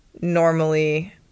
normally